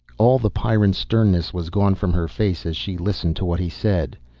all the pyrran sternness was gone from her face as she listened to what he said,